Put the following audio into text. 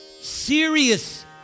serious